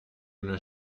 una